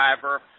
driver